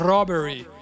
Robbery